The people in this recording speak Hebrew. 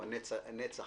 לדבר.